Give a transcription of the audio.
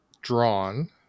drawn